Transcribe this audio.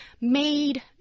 made